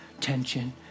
tension